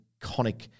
iconic